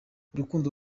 urukundo